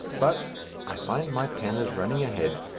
but i find my pen is running ahead,